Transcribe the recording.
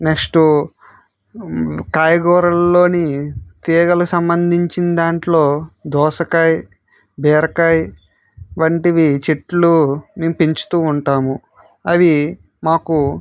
next కాయకూరలలో తీగల సంబంధించిన దాంట్లో దోసకాయ బీరకాయ వంటివి చెట్లు మేము పెంచుతు ఉంటాము అవి మాకు